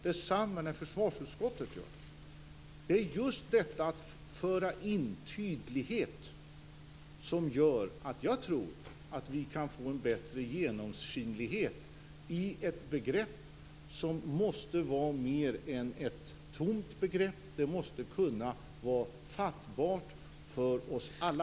Detsamma gäller när försvarsutskottet gör det. Just detta att vi för in tydlighet gör att jag tror att vi kan få en bättre genomskinlighet. Orden får inte bara vara tomma begrepp. De måste vara fattbara för oss alla.